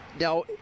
Now